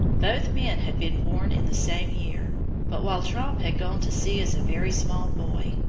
both men had been born in the same year but while tromp had gone to sea as a very small boy,